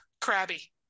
Crabby